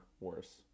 worse